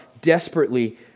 desperately